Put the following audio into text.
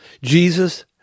Jesus